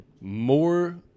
more